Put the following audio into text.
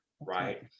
right